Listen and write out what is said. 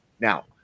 Now